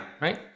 right